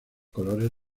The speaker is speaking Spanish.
colores